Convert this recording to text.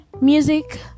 music